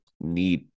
Need